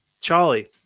Charlie